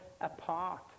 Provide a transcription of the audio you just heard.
apart